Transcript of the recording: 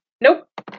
Nope